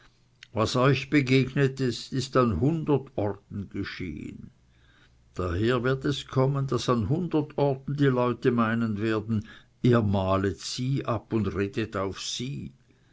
was euch begegnet ist ist an hundert orten geschehen daher wird es kommen daß an hundert orten die leute meinen werden ihr malet sie ab und redet auf sie